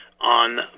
on